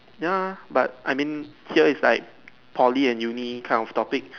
ya but I mean here is like Poly and Uni kind of topic